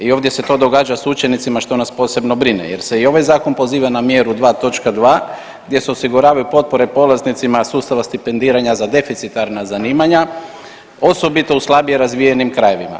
I ovdje se to događa s učenicima što nas posebno brine jer se i ovaj zakon poziva na mjeru 2.2 gdje se osiguravaju potpore polaznicima sustava stipendiranja za deficitarna zanimanja, osobito u slabije razvijenim krajevima.